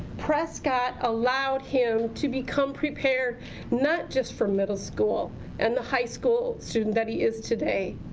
prescott allowed him to become prepared not just for middle school and the high school student that he is today.